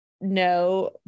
no